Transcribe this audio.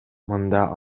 мында